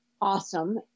awesome